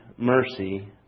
mercy